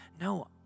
no